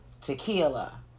tequila